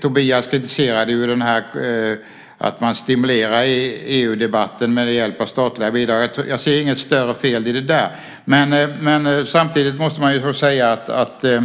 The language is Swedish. Tobias kritiserade att man stimulerar EU-debatten med hjälp av statliga bidrag. Jag ser inget större fel i detta. Men samtidigt måste man säga att det